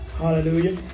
Hallelujah